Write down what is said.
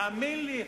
תאמין לי,